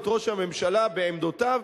את ראש הממשלה בעמדותיו,